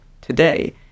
today